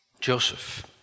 Joseph